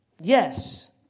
Yes